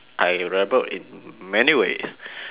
I rebelled in many ways